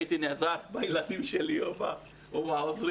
ונעזרתי בילדים שלי או בעוזרים.